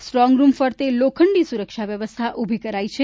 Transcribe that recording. strong room ફરતે લોખંડી સુરક્ષા વ્યવસ્થા ઊભી કરાઈ છે